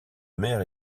mère